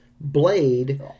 Blade